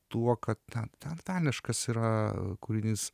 tuo kad ten itališkas yra kūrinys